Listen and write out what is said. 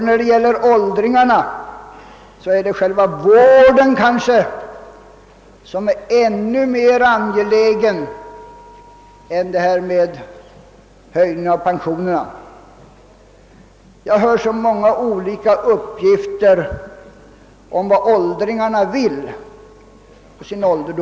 När det gäller åldringarna är kanske själva vården i åtskilliga fall mer angelägen än en höjning av pensionerna. Jag hör så många olika uppgifter om vad åldringarna vill.